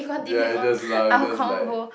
yeah you just laugh you just like